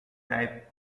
type